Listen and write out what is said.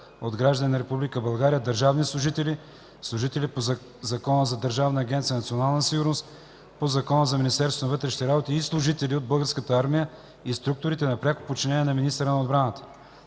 от граждани на Република България – държавни служители, служители по Закона за Държавна агенция „Национална сигурност”, по Закона за Министерството на вътрешните работи и служители от Българската армия и структурите на пряко подчинение на министъра на отбраната.